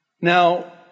Now